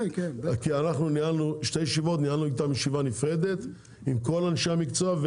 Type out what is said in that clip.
כי אנחנו ניהלנו שתי ישיבות וישיבה נפרדת עם כל אנשי המקצוע.